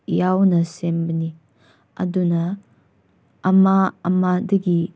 ꯌꯥꯎꯅ ꯁꯦꯝꯕꯅꯤ ꯑꯗꯨꯅ ꯑꯃ ꯑꯃꯗꯒꯤ